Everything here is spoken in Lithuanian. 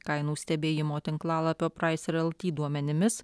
kainų stebėjimo tinklalapio praiser el ty duomenimis